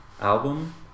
album